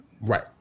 right